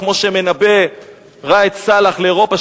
כמו שמנבא ראאד סלאח לאירופה,